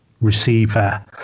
receiver